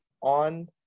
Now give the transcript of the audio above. on